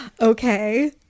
okay